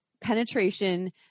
penetration